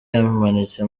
yimanitse